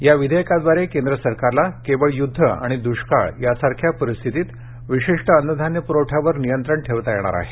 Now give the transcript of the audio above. या विधेयकाद्वारे केंद्र सरकारला केवळ युद्ध आणि दृष्काळ यासारख्या परिस्थितीत विशिष्ट अन्नधान्य प्रवठ्यावर नियंत्रण ठेवता येणार आहे